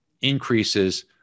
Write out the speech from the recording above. increases